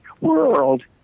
World